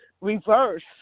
reverse